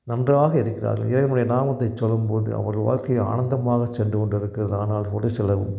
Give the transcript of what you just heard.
நன்றாக இருக்கிறார்கள் இறைவனை நாமத்தை சொல்லும்போது அவர்கள் வாழ்க்கை ஆனந்தமாக சென்று கொண்டு இருக்கிறது ஆனால் ஒரு சிலர்